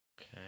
Okay